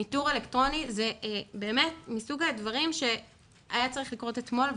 ניטור אלקטרוני זה באמת מסוג הדברים שהיה צריך לקרות אתמול,